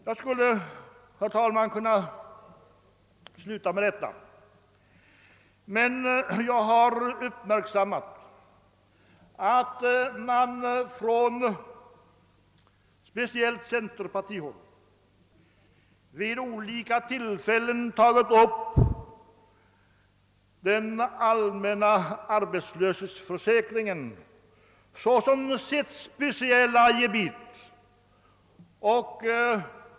Jag skulle, herr talman, kunna sluta med detta, men jag har uppmärksammat att man från centerpartihåll vid olika tillfällen har tagit upp den allmänna arbetslöshetsförsäkringen såsom =<:sitt speciella gebit.